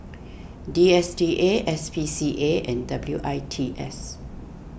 D S T A S P C A and W I T S